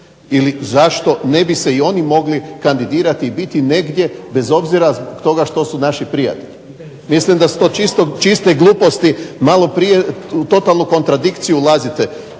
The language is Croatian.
ili zašto ne bi se i oni mogli kandidirati i biti negdje bez obzira zbog toga što su naši prijatelji. Mislim da su to čiste gluposti. Malo prije u totalnu kontradikciju ulazite.